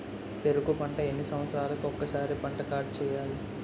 చెరుకు పంట ఎన్ని సంవత్సరాలకి ఒక్కసారి పంట కార్డ్ చెయ్యాలి?